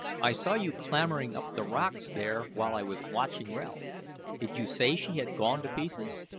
i saw you clambering up the rocks there while i was watching ralph. did you say she had gone to pieces?